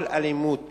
כל אלימות